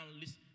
listen